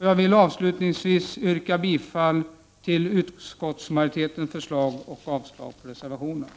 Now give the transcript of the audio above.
Jag vill avslutningsvis yrka bifall till utskottsmajoritetens hemställan och avslag på reservationerna.